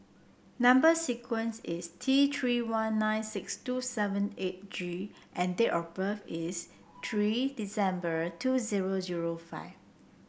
number sequence is T Three one nine six two seven eight G and date of birth is three December two zero zero five